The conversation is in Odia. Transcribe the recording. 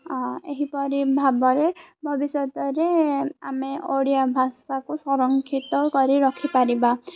ଏହିପରି ଭାବରେ ଭବିଷ୍ୟତରେ ଆମେ ଓଡ଼ିଆ ଭାଷାକୁ ସଂରକ୍ଷିତ କରି ରଖିପାରିବା